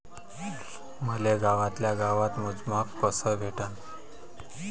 मले गावातल्या गावात मोजमाप कस भेटन?